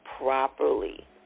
properly